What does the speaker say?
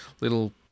little